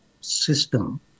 system